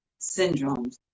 syndromes